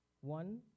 One